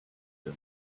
der